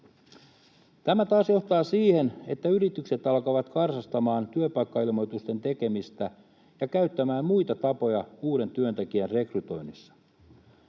Tämä taas johtaa siihen, että yritykset alkavat karsastamaan työpaikkailmoitusten tekemistä ja käyttämään muita tapoja uuden työntekijän rekrytoinnissa.